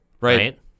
right